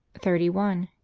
thirty one.